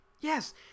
Yes